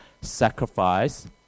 sacrifice